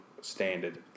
standard